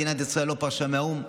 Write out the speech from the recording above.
מדינת ישראל לא פרשה מהאו"ם,